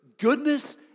Goodness